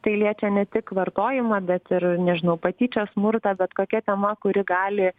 tai liečia ne tik vartojimą bet ir nežinau patyčias smurtą bet kokia tema kuri gali